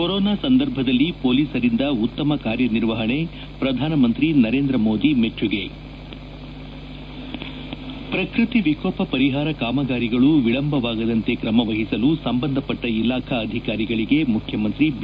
corona ಸಂದರ್ಭದಲ್ಲಿ ಪೊಲೀಸರಿಂದ ಉತ್ತಮ ಕಾರ್ಯ ನಿರ್ವಹಣೆ ಪ್ರಧಾನಮಂತ್ರಿ ನರೇಂದ್ರ ಮೋದಿ ಮೆಚ್ಚುಗೆ ಪ್ರಕೃತಿ ವಿಕೋಪ ಪರಿಹಾರ ಕಾಮಗಾರಿಗಳು ವಿಳಂಬವಾಗದಂತೆ ಕ್ರಮ ವಹಿಸಲು ಸಂಬಂಧಪಟ್ಟ ಇಲಾಖಾ ಅಧಿಕಾರಿಗಳಿಗೆ ಮುಖ್ಯಮಂತ್ರಿ ಬಿ